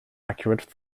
accurate